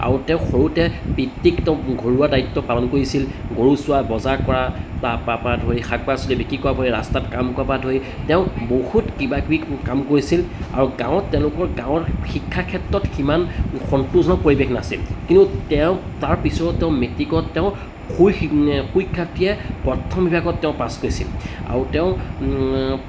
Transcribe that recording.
আৰু তেওঁ সৰুতে পিতৃক তেওঁ ঘৰুৱা দায়িত্ব পালন কৰিছিল গৰু চোৱা বজাৰ কৰা তাৰপৰা পা ধৰি শাক পাচলি বিক্ৰী কৰা উপৰি ৰাস্তাত কাম কৰা পৰা ধৰি তেওঁ বহুত কিবা কিবি কাম কৰিছিল আৰু গাঁৱত তেওঁলোকৰ গাঁৱৰ শিক্ষাৰ ক্ষেত্ৰত সিমান সন্তোষজনক পৰিৱেশ নাছিল কিন্তু তেওঁ তাৰ পিছতো তেওঁ মেট্ৰিকত তেওঁ সুখ্য়াতিৰে প্ৰথম বিভাগত তেওঁ পাছ কৰিছিল আৰু তেওঁ